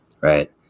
right